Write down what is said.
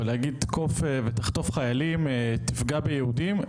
אבל להגיד תקוף ותחטוף חיילים תפגע ביהודים,